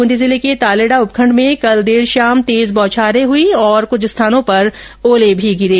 बूंदी जिले के तालेडा उपखण्ड में कल देर शाम तेज बौछारे पडी और कुछ जगहों पर ओले भी गिरे